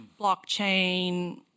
blockchain